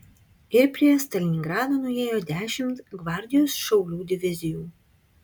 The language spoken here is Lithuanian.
ir prie stalingrado nuėjo dešimt gvardijos šaulių divizijų